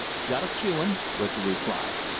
jot of chewin', was the reply.